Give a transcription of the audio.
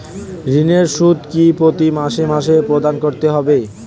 ঋণের সুদ কি প্রতি মাসে মাসে প্রদান করতে হবে?